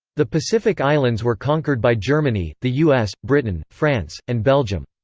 the pacific islands were conquered by germany, the u s, britain, france, and belgium.